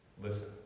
listen